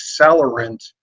accelerant